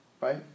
right